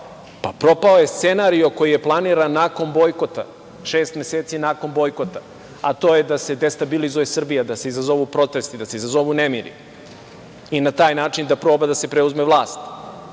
Propao je scenario koji je planiran nakon bojkota, šest meseci nakon bojkota, a to je da se destabilizuje Srbija, da se izazovu protesti, da se izazovu nemiri i na taj način da proba da se preuzme vlast.